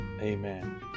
Amen